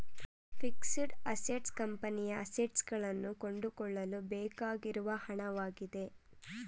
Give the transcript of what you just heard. fixed assets ಕಂಪನಿಯ assets ಗಳನ್ನು ಕೊಂಡುಕೊಳ್ಳಲು ಬೇಕಾಗಿರುವ ಹಣವಾಗಿದೆ